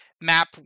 map